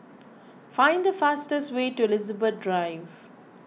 find the fastest way to Elizabeth Drive